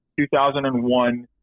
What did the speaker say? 2001